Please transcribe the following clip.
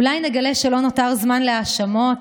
אולי נגלה שלא נותר זמן להאשמות,